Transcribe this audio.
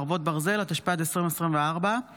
7 רון כץ (יש עתיד): 8 שלי טל מירון (יש עתיד):